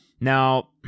Now